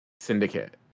Syndicate